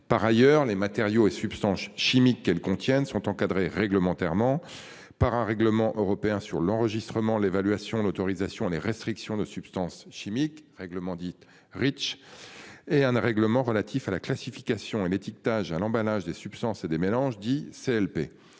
Par ailleurs, les matériaux et substances chimiques qu'elles contiennent sont encadrés réglementairement par un règlement européen sur l'enregistrement, l'évaluation, l'autorisation. Les restrictions de substances chimiques règlement dite riche. Et un règlement relatif à la classification et d'étiquetage à l'emballage des substances et des mélanges. CLP